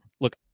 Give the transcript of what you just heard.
look